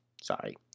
sorry